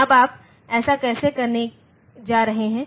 अब आप ऐसा कैसे करने जा रहे हैं